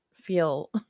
feel